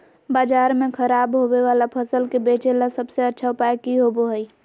बाजार में खराब होबे वाला फसल के बेचे ला सबसे अच्छा उपाय की होबो हइ?